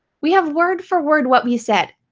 we have word for word what we said.